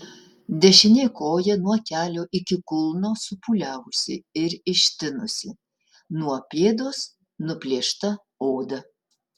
dešinė koja nuo kelio iki kulno supūliavusi ir ištinusi nuo pėdos nuplėšta oda